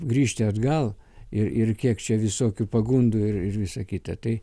grįžti atgal ir ir kiek čia visokių pagundų ir ir visa kita tai